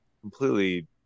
completely